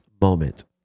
moment